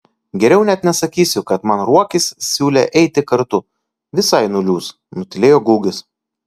geriau net nesakysiu kad man ruokis siūlė eiti kartu visai nuliūs nutylėjo gugis